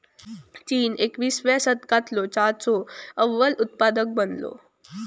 चीन एकविसाव्या शतकालो चहाचो अव्वल उत्पादक बनलो असा